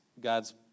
God's